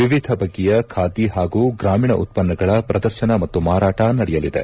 ವಿವಿಧ ಬಗೆಯ ಖಾದಿ ಹಾಗೂ ಗ್ರಾಮೀಣ ಉತ್ಪನ್ನಗಳ ಪ್ರದರ್ಶನ ಮತ್ತು ಮಾರಾಟ ನಡೆಯಲಿದೆ